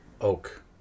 Oak